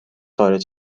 خارج